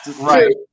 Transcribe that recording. Right